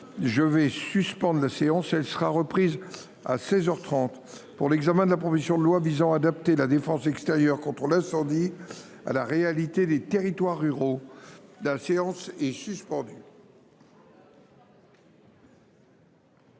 Je vais suspendre la séance elle sera reprise à 16h 30 pour l'examen de la proposition de loi visant à adapter la défense extérieure contre incendie à la réalité des territoires ruraux dans la séance est suspendue.